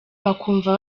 bakumva